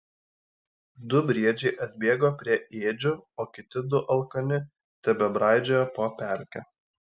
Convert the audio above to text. du briedžiai atbėgo prie ėdžių o kiti du alkani tebebraidžiojo po pelkę